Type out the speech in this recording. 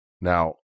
Now